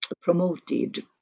promoted